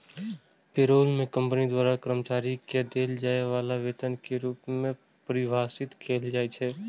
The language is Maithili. पेरोल कें कंपनी द्वारा कर्मचारी कें देल जाय बला वेतन के रूप मे परिभाषित कैल जाइ छै